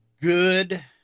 good